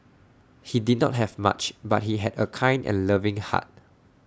he did not have much but he had A kind and loving heart